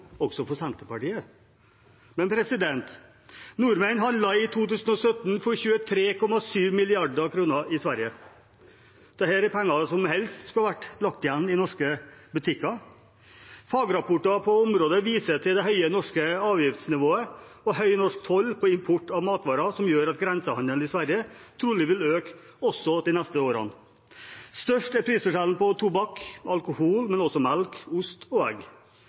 også for Senterpartiet. Nordmenn handlet i 2017 for 23,7 mrd. kr i Sverige. Dette er penger som helst skulle vært lagt igjen i norske butikker. Fagrapporter på området viser til det høye norske avgiftsnivået og høy norsk toll på import av matvarer som gjør at grensehandelen i Sverige trolig vil øke også de neste årene. Størst er prisforskjellen på tobakk og alkohol, men også på melk, ost og egg.